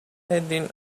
heading